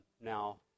Now